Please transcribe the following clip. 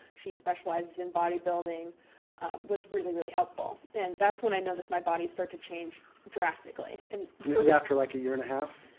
she specializes in bodybuilding was really, really helpful. and that's when i noticed my body start to change drastically. and this is after like a year and a half?